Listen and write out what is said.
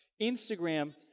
Instagram